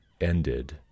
ended